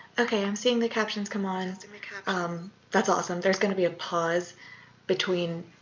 okay. i'm seeing the captions come on. um that's awesome. there's going to be a pause between